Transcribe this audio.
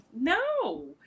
no